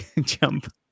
jump